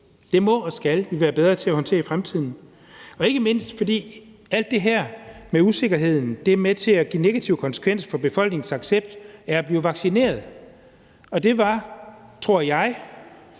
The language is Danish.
Det må og skal vi være bedre til at håndtere i fremtiden, ikke mindst fordi alt det her med usikkerheden er med til at give negative konsekvenser for befolkningens accept af at blive vaccineret. Og det var, tror jeg,